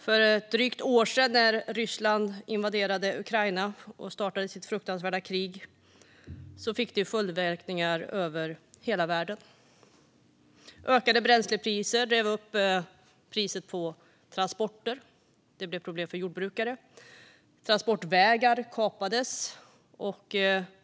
När Ryssland för drygt ett år sedan invaderade Ukraina och startade sitt fruktansvärda krig fick det följdverkningar över hela världen. Ökade bränslepriser drev upp priset på transporter. Det blev problem för jordbrukare när transportvägar kapades.